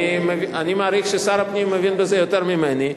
אני מעריך ששר הפנים מבין בזה יותר ממני,